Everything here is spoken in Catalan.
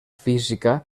física